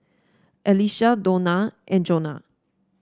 Alycia Dona and Jonah